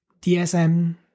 DSM